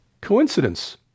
coincidence